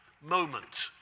moment